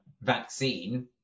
vaccine